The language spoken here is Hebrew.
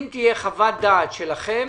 אם תהיה חוות דעת שלכם,